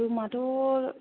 रुमाथ'